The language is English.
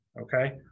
okay